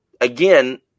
again